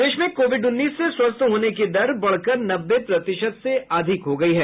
प्रदेश में कोविड उन्नीस से स्वस्थ होने की दर बढ़कर नब्बे प्रतिशत से अधिक हो गयी है